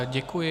Děkuji.